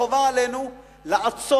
וחובה עלינו לעצור,